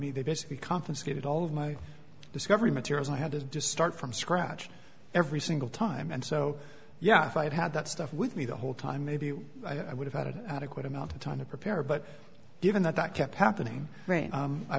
me they basically confiscated all of my discovery materials i had to just start from scratch every single time and so yeah i've had that stuff with me the whole time maybe i would have had an adequate amount of time to prepare but given that that kept happening